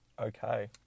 Okay